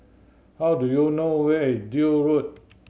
how do you know where is Duke Road